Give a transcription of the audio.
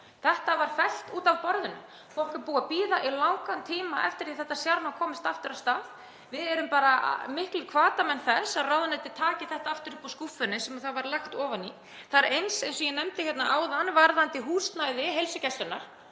Þetta var fellt út af borðinu. Fólk er búið að bíða í langan tíma eftir því að þetta sérnám komist aftur af stað. Við erum bara miklir hvatamenn þess að ráðuneytið taki þetta aftur upp úr skúffunni sem það var lagt ofan í. Það er eins með, eins og ég nefndi áðan, húsnæði heilsugæslunnar.